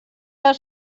els